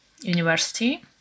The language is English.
University